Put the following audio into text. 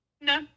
No